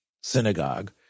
synagogue